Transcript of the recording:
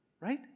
right